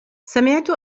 سمعت